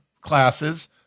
classes